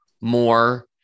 more